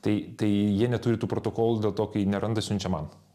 tai tai jie neturi tų protokolų dėl to kai neranda siunčia man